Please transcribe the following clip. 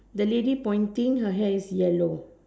the lady pointing her hair is yellow